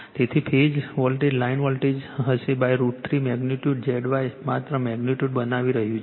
તેથી phase voltage line voltage હશે √ 3 magnitude Z Y માત્ર મેગ્નિટ્યુડ બનાવી રહ્યા છે